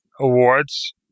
awards